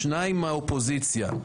שניים מהאופוזיציה.